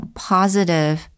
positive